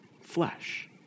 flesh